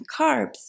carbs